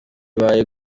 bibaye